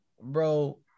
bro